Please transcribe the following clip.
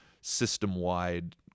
system-wide